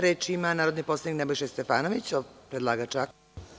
Reč ima narodni poslanik Nebojša Stefanović, predlagač zakona.